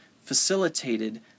facilitated